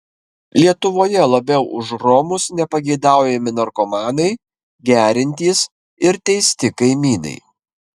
lietuvoje labiau už romus nepageidaujami narkomanai geriantys ir teisti kaimynai